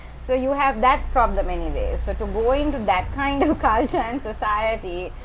so, you have that problem anyway, so to go into that kind of culture and society.